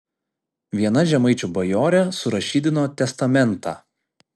viena žemaičių bajorė surašydino testamentą